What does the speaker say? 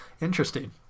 Interesting